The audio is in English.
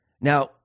Now